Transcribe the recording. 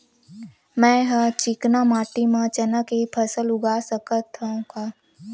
मै ह चिकना माटी म चना के फसल उगा सकथव का?